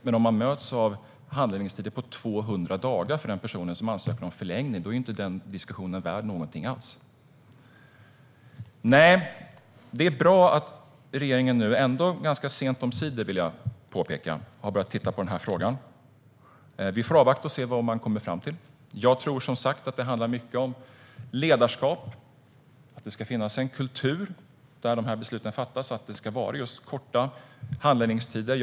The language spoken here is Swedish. Men om den person som ansöker om förlängning möts av handläggningstider på 200 dagar är den diskussionen inte värd någonting alls. Nej, det är bra att regeringen nu - jag vill påpeka att det är ganska sent omsider - har börjat titta på denna fråga. Vi får avvakta och se vad man kommer fram till. Jag tror, som sagt, att det handlar mycket om ledarskap. Där dessa beslut fattas ska det finnas en kultur av att det ska vara just korta handläggningstider.